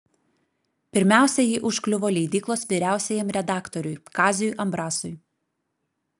pirmiausia ji užkliuvo leidyklos vyriausiajam redaktoriui kaziui ambrasui